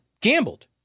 gambled